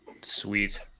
Sweet